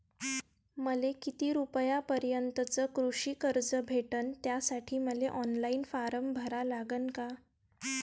मले किती रूपयापर्यंतचं कृषी कर्ज भेटन, त्यासाठी मले ऑनलाईन फारम भरा लागन का?